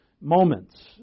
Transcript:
moments